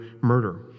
murder